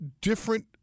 different